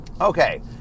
Okay